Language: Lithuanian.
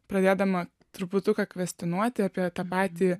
pradėdama truputuką kvestionuoti apie tą patį